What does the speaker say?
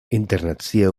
internacia